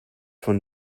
von